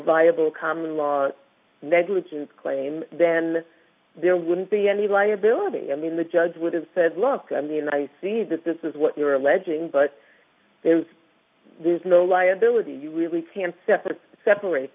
viable common law negligence claim then there wouldn't be any liability i mean the judge would have said look i mean i see that this is what you're alleging but there's no liability you really can't separate